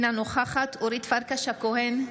אינה נוכחת אורית פרקש הכהן,